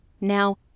Now